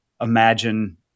imagine